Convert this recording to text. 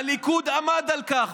הליכוד עמד על כך,